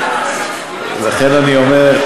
לכן אני אומר,